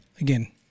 again